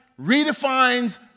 redefines